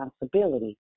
responsibility